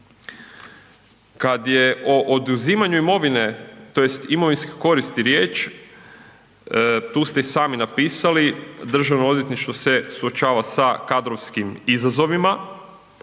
Kad je o oduzimanju imovine tj. imovinskoj koristi riječ tu ste i sami napisali državno odvjetništvo se suočava sa kadrovskim izazovima,